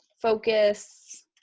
focus